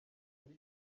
muri